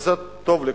וזה טוב.